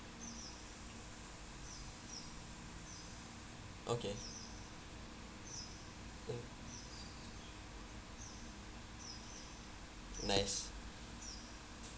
okay nice